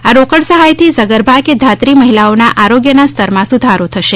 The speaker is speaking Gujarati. આ રોકડ સહાયથી સગર્ભા કે ધાત્રી મહિલાઓના આરોગ્યના સ્તરમાં સુધારો થશે